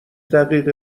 دقیقه